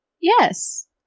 Yes